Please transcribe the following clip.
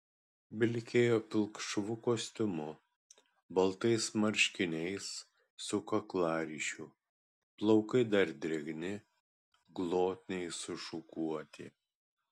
vilkėjo pilkšvu kostiumu baltais marškiniais su kaklaryšiu plaukai dar drėgni glotniai sušukuoti